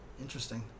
interesting